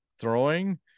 throwing